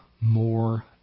more